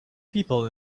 people